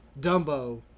dumbo